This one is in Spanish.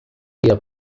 día